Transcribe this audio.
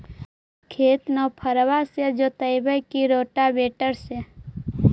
खेत नौफरबा से जोतइबै की रोटावेटर से?